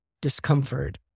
discomfort